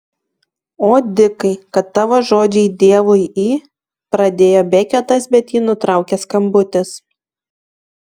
o dikai kad tavo žodžiai dievui į pradėjo beketas bet jį nutraukė skambutis